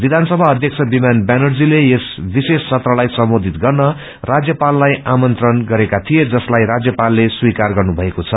विधानसभा अध्यक्ष विमाान व्यानर्जले यस सविश्रेष सत्रलाई सम्बोधित गर्न राज्यपाललाई आमंत्रण गरेका थिए जसलाई राज्यपालले स्वीकार गर्नुभएको छ